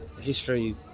history